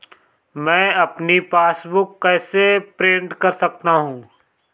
मैं अपनी पासबुक कैसे प्रिंट कर सकता हूँ?